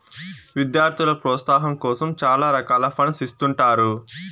విద్యార్థుల ప్రోత్సాహాం కోసం చాలా రకాల ఫండ్స్ ఇత్తుంటారు